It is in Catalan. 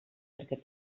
perquè